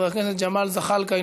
חבר הכנסת ג'מאל זחאלקה,